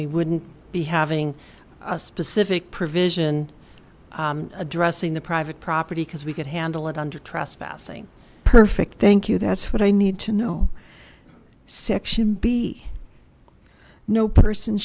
we wouldn't be having a specific provision addressing the private property because we could handle it under trespassing perfect thank you that's what i need to know section b no person